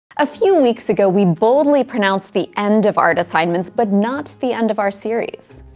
a few weeks ago we boldly pronounced the end of art assignments, but not the end of our series.